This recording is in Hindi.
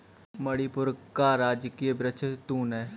मणिपुर का राजकीय वृक्ष तून है